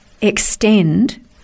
extend